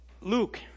Luke